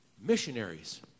missionaries